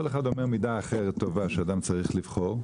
כל אחד אומר מידה אחרת טובה שאדם צריך לבחור.